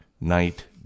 night